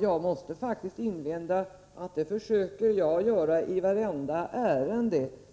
Jag måste faktiskt invända mot detta och säga att jag försöker att hålla mig till den konstitutionella granskningen i vartenda ärende.